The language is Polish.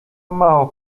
mało